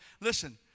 listen